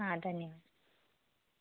ಹಾಂ ಧನ್ಯವಾದ